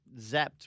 zapped